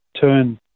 turn